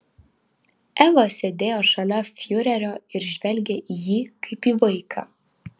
eva sėdėjo šalia fiurerio ir žvelgė į jį kaip į vaiką